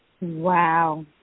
Wow